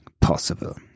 possible